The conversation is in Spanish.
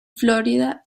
florida